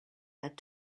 had